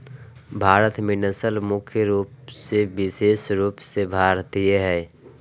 भारत में नस्ल मुख्य रूप से विशेष रूप से भारतीय हइ